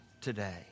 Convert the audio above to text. today